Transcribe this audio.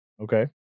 Okay